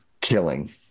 killing